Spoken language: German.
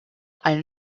einen